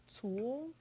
tool